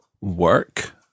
work